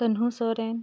Kanhu Soren